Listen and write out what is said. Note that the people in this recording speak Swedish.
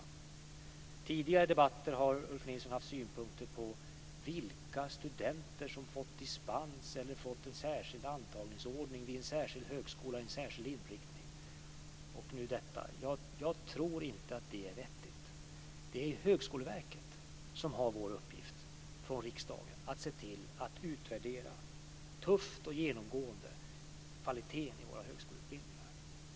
I tidigare debatter har Ulf Nilsson haft synpunkter på vilka studenter som fått dispens och fått en särskild antagningsordning vid en särskild högskola och en särskild inriktning, och nu kommer detta. Jag tror inte att det är vettigt. Det är Högskoleverket som har uppgiften från riksdagen att se till att utvärdera, tufft och genomgående, kvaliteten i våra högskoleutbildningar.